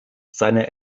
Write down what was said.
seine